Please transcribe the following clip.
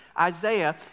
Isaiah